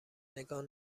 نگاه